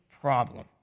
problem